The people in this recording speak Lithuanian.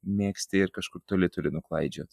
mėgsti ir kažkur toli toli nuo klaidžiot